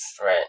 Right